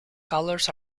colors